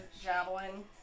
javelin